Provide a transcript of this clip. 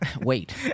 Wait